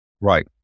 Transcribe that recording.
right